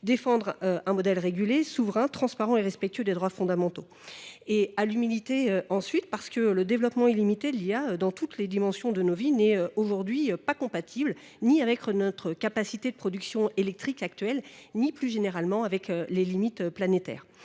défendre un modèle régulé, souverain, transparent et respectueux des droits fondamentaux. Et à l'humilité ensuite parce que le développement illimité de l'IA dans toutes les dimensions de nos vies n'est aujourd'hui pas compatible, ni avec notre capacité de production électrique actuelle, ni plus généralement avec les limites planétaires.